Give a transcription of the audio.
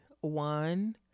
one